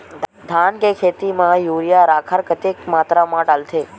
धान के खेती म यूरिया राखर कतेक मात्रा म डलथे?